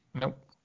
Nope